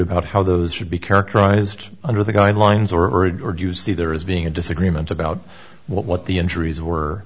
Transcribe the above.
about how those should be characterized under the guidelines already or do you see there as being a disagreement about what the injuries were